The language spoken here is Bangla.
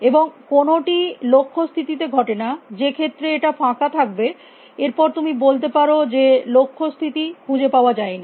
এবং কোনো টিই লক্ষ্য স্থিতিতে ঘটে না যে ক্ষেত্রে এটা ফাঁকা থাকবে এর পরে তুমি বলতে পারো যে লক্ষ্য স্থিতি খুঁজে পাওয়া যায় নি